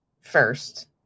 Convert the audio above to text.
first